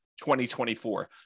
2024